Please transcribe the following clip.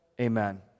Amen